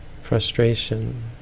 Frustration